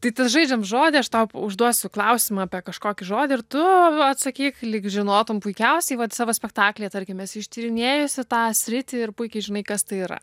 tai tas žaidžiam žodį aš tau užduosiu klausimą apie kažkokį žodį ir tu atsakyk lyg žinotum puikiausiai vat savo spektaklį tarkim esi ištyrinėjus tą sritį ir puikiai žinai kas tai yra